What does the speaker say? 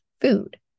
food